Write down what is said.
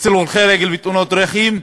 הולכי הרגל בתאונות דרכים,